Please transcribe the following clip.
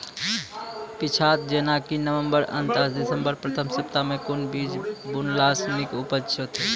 पीछात जेनाकि नवम्बर अंत आ दिसम्बर प्रथम सप्ताह मे कून बीज बुनलास नीक उपज हेते?